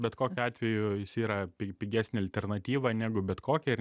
bet kokiu atveju jis yra pi pigesnė alternatyva negu bet kokia ir